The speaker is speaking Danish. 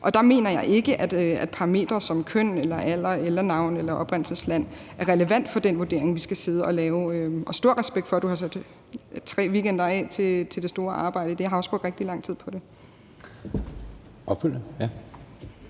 og der mener jeg ikke, at parametre som køn eller alder eller navn eller oprindelsesland er relevante for den vurdering, vi skal sidde og lave. Og du skal have stor respekt for, at du har sat tre weekender af til det store arbejde – jeg har også brugt rigtig lang tid på det.